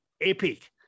epic